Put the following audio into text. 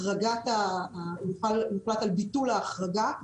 יוחלט על ביטול ההחרגה,